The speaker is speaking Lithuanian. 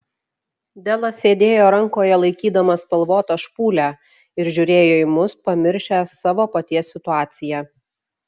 delas sėdėjo rankoje laikydamas spalvotą špūlę ir žiūrėjo į mus pamiršęs savo paties situaciją